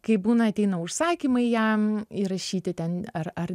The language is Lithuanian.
kai būna ateina užsakymai jam įrašyti ten ar ar